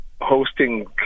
hosting